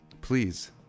please